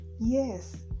Yes